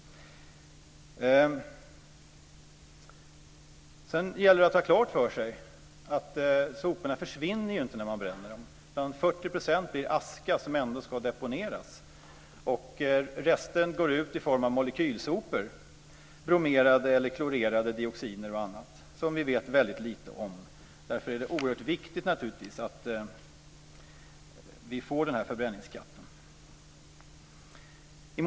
Det gäller att ha klart för sig att soporna inte försvinner när man bränner dem. Det är bromerade eller klorerade dioxiner och annat, som vi vet väldigt lite om. Därför är det naturligtvis oerhört viktigt att vi får en förbränningsskatt.